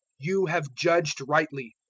you have judged rightly,